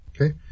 Okay